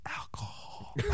Alcohol